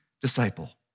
disciple